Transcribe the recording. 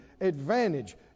advantage